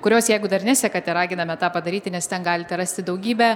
kurios jeigu dar nesekate raginame tą padaryti nes ten galite rasti daugybę